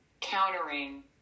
countering